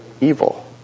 evil